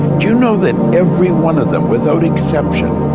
do you know that every one of them, without exception,